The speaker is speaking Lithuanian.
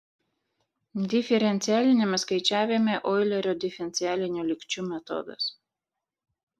diferencialiniame skaičiavime oilerio diferencialinių lygčių metodas